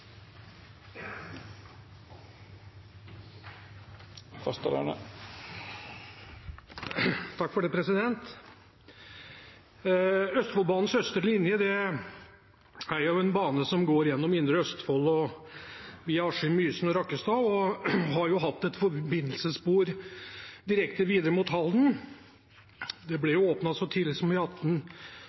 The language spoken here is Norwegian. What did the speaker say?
Østfoldbanens østre linje er en bane som går gjennom indre Østfold, via Askim, Mysen og Rakkestad og har hatt et forbindelsesspor direkte videre mot Halden. Den ble åpnet så tidlig som i